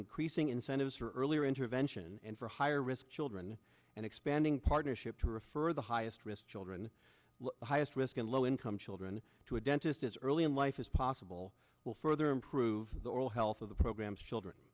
increasing incentives for earlier intervention and for higher risk children and expanding partnership to refer the highest risk children the highest risk in low income children to a dentist is early in life is possible will further improve the oral health of the program's children